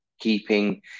keeping